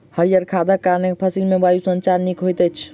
हरीयर खादक कारण फसिल मे वायु संचार नीक होइत अछि